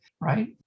right